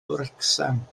wrecsam